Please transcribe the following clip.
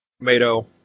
tomato